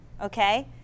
Okay